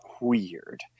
weird